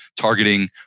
targeting